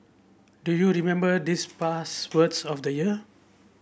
do you remember these past words of the year